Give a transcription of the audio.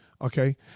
okay